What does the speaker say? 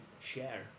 share